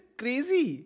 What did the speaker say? crazy